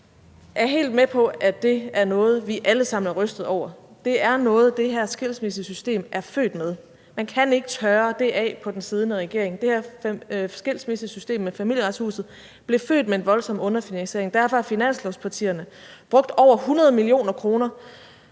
jeg er helt med på, at det er noget, vi alle sammen er rystet over, men at det er noget, der her skilsmissesystem er født med. Man kan ikke tørre det af på den siddende regering. Det her skilsmissesystem med Familieretshuset blev født med en voldsom underfinansiering, og derfor har finanslovspartierne brugt over 100 mio. kr.